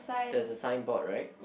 there's a signboard right